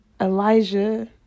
Elijah